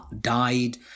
died